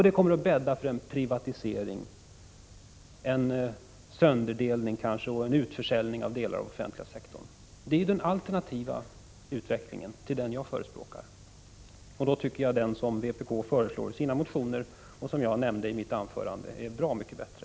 Det kommer att bädda för en privatisering, kanske en sönderdelning och en utförsäljning av delar av den offentliga sektorn. Det är den alternativa utvecklingen till den jag förespråkar. Då tycker jag att den utveckling som vpk föreslår i sina motioner och som jag nämnt i mitt anförande är bra mycket bättre.